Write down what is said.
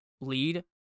lead